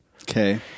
Okay